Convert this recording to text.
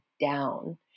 down